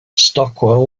stockwell